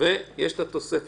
יש לנו שם